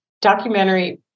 documentary